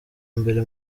mbere